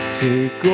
take